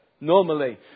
normally